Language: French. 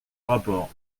rapport